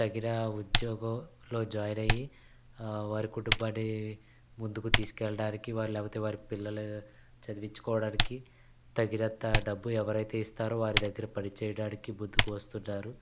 తగిన ఉద్యోగంలో జాయిన్ అయ్యి వారి కుటుంబాన్ని ముందుకు తీసుకెళ్ళడానికి వారి లేకపోతే వారి పిల్లలు చదివించుకోవడానికి తగినంత డబ్బు ఎవరైతే ఇస్తారో వారి దగ్గర పని చేయడానికి ముందుకు వస్తున్నారు